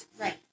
right